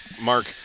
Mark